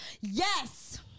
Yes